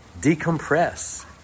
decompress